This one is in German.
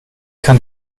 kann